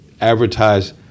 advertise